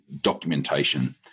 documentation